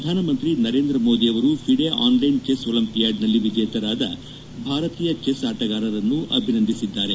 ಪ್ರಧಾನಮಂತ್ರಿ ನರೇಂದ್ರ ಮೋದಿ ಅವರು FIDE online chess ಒಲಿಂಪಿಯಾಡ್ನಲ್ಲಿ ವಿಜೇತರಾದ ಭಾರತೀಯ ಚೆಸ್ ಆಟಗಾರರನ್ನು ಅಭಿನಂದಿಸಿದ್ದಾರೆ